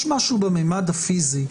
יש משהו בממד הפיזי.